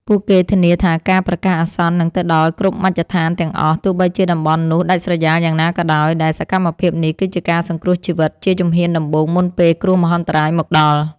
ពួកគេធានាថាការប្រកាសអាសន្ននឹងទៅដល់គ្រប់មជ្ឈដ្ឋានទាំងអស់ ទោះបីជាតំបន់នោះដាច់ស្រយាលយ៉ាងណាក៏ដោយ ដែលសកម្មភាពនេះគឺជាការសង្គ្រោះជីវិតជាជំហានដំបូងមុនពេលគ្រោះមហន្តរាយមកដល់។